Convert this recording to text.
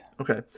Okay